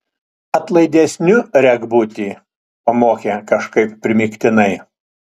atlaidesniu rek būti pamokė kažkaip primygtinai